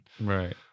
Right